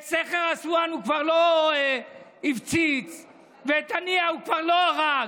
את סכר אסואן הוא כבר לא הפציץ ואת הנייה הוא כבר לא הרג.